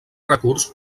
recurs